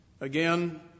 Again